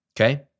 okay